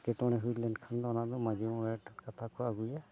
ᱮᱴᱠᱮᱴᱚᱬᱮ ᱦᱩᱭ ᱞᱮᱱᱠᱷᱟᱱ ᱚᱱᱟ ᱫᱚ ᱢᱟᱹᱡᱷᱤ ᱢᱚᱬᱮ ᱦᱚᱲᱴᱷᱮᱱ ᱠᱟᱛᱷᱟ ᱠᱚ ᱟᱹᱜᱩᱭᱟ